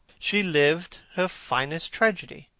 she lived her finest tragedy.